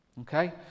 Okay